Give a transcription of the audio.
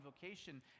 vocation